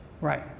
Right